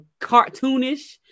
cartoonish